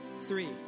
three